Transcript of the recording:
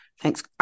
Thanks